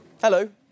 Hello